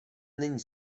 není